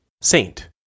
Saint